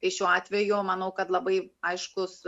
tai šiuo atveju manau kad labai aiškus